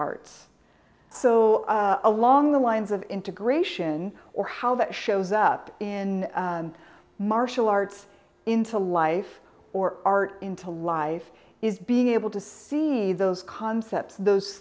arts so along the lines of integration or how that shows up in martial arts into life or art into life is being able to see those concepts those